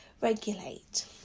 regulate